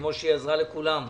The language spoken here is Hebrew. כמו שעזרה לכולם,